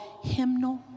Hymnal